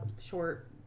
short